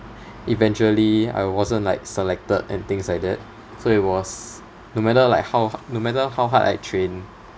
eventually I wasn't like selected and things like that so it was no matter like how ha~ no matter how hard I trained